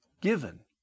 Given